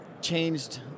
changed